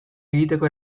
egiteko